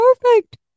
perfect